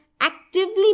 actively